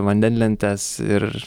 vandenlentės ir